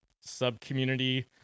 sub-community